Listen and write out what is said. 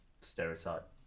stereotype